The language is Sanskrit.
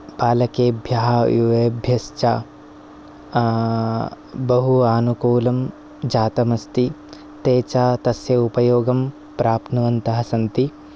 बालकेभ्यः युवेभ्यश्च बहु आनुकूलं जातम् अस्ति ते च तस्य उपयोगं प्राप्नुवन्तः सन्ति